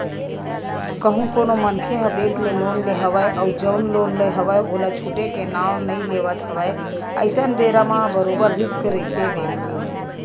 कहूँ कोनो मनखे ह बेंक ले लोन ले हवय अउ जउन लोन ले हवय ओला छूटे के नांव नइ लेवत हवय अइसन बेरा म बरोबर रिस्क रहिथे बेंक ल